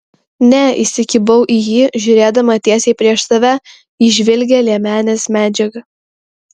ne įsikibau į jį žiūrėdama tiesiai prieš save į žvilgią liemenės medžiagą